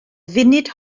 funud